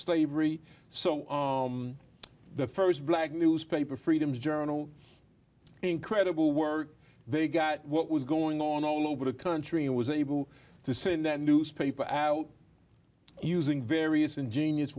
slavery so the first black newspaper freedoms journal incredible were they got what was going on all over the country and was able to send that newspaper out using various ingenious